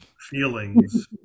feelings